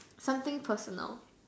something personal